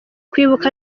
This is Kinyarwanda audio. kwibuka